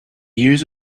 years